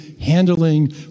handling